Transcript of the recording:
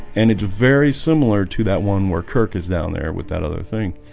and it's very similar to that one where kirk is down there with that other thing